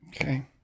Okay